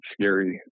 scary